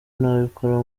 nabikora